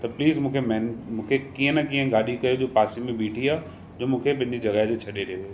त प्लीज़ मूंखे मूंखे कीअं न कीअं गाॾी कयो जो पासे में बीठी आहे जो मूंखे पंहिंजी जॻह ते छॾे ॾिए